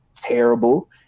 terrible